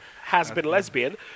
has-been-lesbian